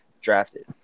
drafted